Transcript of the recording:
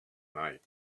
night